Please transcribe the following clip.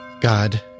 God